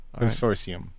Consortium